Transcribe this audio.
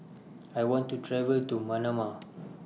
I want to travel to Manama